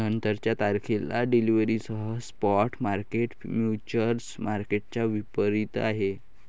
नंतरच्या तारखेला डिलिव्हरीसह स्पॉट मार्केट फ्युचर्स मार्केटच्या विपरीत आहे